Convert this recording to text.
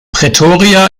pretoria